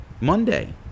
Monday